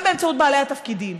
גם באמצעות בעלי התפקידים,